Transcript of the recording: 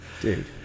Dude